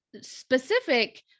specific